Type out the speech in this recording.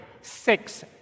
six